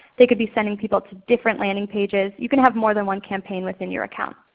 they could be sending people to different landing pages. you can have more than one campaign within your account.